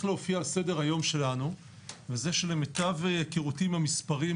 להופיע על סדר-היום שלנו וזה שלמיטב היכרותי עם המספרים,